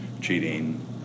cheating